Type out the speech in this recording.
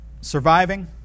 surviving